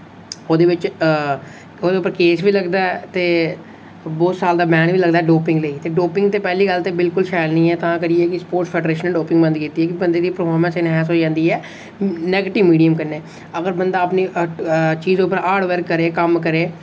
ओह्दे बिच ओह्दे उप्पर केस बी लगदा ऐ ते बहुत साल दा बैन बी लगदा ऐ डोपिंग लेई ते डोपिंग ते पैह्ली गल्ल ते बिलकुल शैल निं ऐ तां करियै कि स्पोर्ट्स फेडरेशन डोपिंग बंद कीती ऐ कि बंदे दी परफारमेंस एनहान्स होई जंदी ऐ नेगेटिव मिडियम कन्नै अगर बंदा अपनी चीज उप्पर हार्डवर्क करै कम्म करे